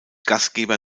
gastgeber